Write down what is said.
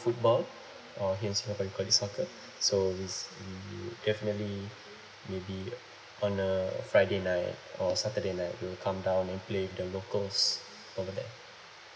football or here in singapore we call it soccer so we we definitely maybe on a friday night or saturday night will come down and play with the locals over there